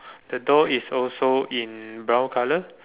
the door is also in brown colour